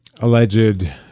Alleged